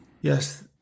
Yes